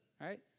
Right